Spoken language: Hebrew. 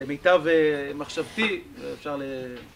למיטב מחשבתי, ואפשר ל...